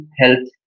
health